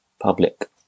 Public